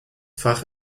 fach